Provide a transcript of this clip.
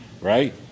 right